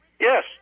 Yes